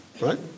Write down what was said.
right